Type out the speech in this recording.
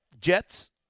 Jets